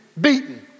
beaten